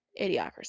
idiocracy